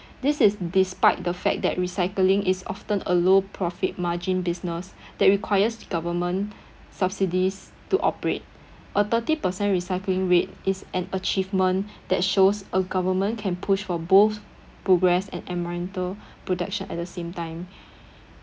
this is despite the fact that recycling is often a low profit margin business that requires government subsidies to operate a thirty percent recycling rate is an achievement that shows a government can push for both progress and environmental production at the same time